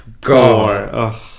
God